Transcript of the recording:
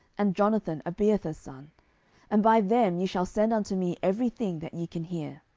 and jonathan abiathar's son and by them ye shall send unto me every thing that ye can hear.